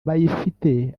bayifite